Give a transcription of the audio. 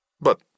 But